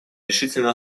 решительно